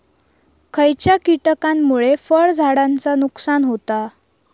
खयच्या किटकांमुळे फळझाडांचा नुकसान होता?